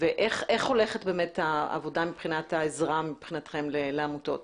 איך הולכת העבודה מבחינת העזרה שלכם לעמותות?